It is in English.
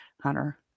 hunter